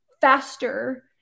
faster